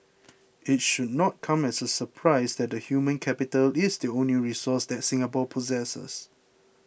it should not come as a surprise that the human capital is the only resource that Singapore possesses